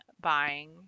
buying